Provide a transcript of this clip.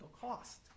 cost